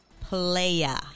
player